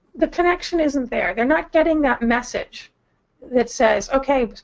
the connection isn't there. they're not getting that message that says, okay,